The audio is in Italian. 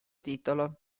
titolo